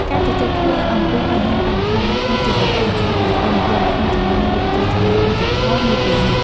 ការជជែកគ្នាអំពីបញ្ហាបរិស្ថានបានក្លាយជាប្រធានបទដ៏ពេញនិយមក្នុងចំណោមយុវជនសម័យឌីជីថលនាពេលនេះ។